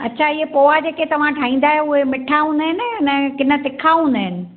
अच्छा इहा पोहा जेके तव्हां ठाहींदा आहियो उहे मिठा हूंदा आहिनि न कीन तिखा हूंदा आहिनि